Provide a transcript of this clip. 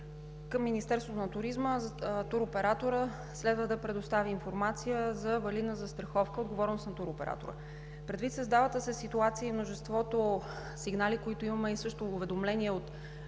Към Министерството на туризма туроператорът следва да предостави информация за валидна застраховка, която е отговорност на туроператора. Предвид създалата се ситуация и множеството сигнали, които имаме, а също и уведомления от